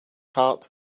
heart